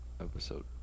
episode